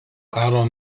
karo